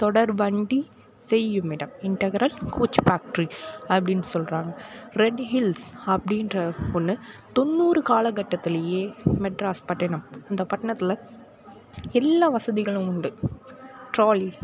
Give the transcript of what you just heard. தொடர்வண்டி செய்யுமிடம் integral coach factory அப்படின்னு சொல்கிறாங்க ரெட் ஹில்ஸ் அப்படின்ற ஒன்று தொண்ணூறு காலக்கட்டத்துலேயே மெட்ராஸ் பட்டணம் அந்த பட்டணத்தில் எல்லா வசதிகளும் உண்டு ட்ராலி